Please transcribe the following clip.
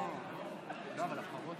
אני קובע כי